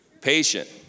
patient